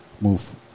move